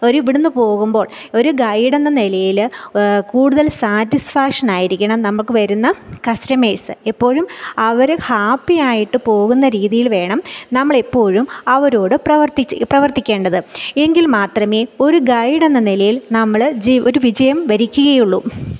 അവർ ഇവിടെ നിന്നു പോകുമ്പോൾ ഒരു ഗൈഡെന്ന നിലയിൽ കൂടുതൽ സാറ്റിസ്ഫാക്ഷനായിരിക്കണം നമുക്ക് വരുന്ന കസ്റ്റമേഴ്സ് എപ്പോഴും അവരെ ഹാപ്പിയായിട്ടു പോകുന്ന രീതിയിൽ വേണം നമ്മളെപ്പോഴും അവരോട് പ്രവർത്തിച്ച പ്രവർത്തിക്കേണ്ടത് എങ്കിൽ മാത്രമേ ഒരു ഗൈഡെന്ന നിലയിൽ നമ്മൾ ജി ഒരു വിജയം വരിക്കുകയുള്ളൂ